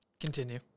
Continue